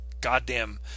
goddamn